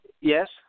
Yes